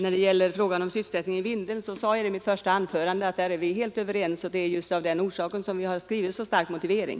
När det gäller frågan om sysselsättningen i Vindeln sade jag i mitt första anförande att på den punkten är vi helt överens. Det är just av den orsaken som vi har skrivit en så stark motivering.